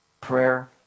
prayer